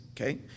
okay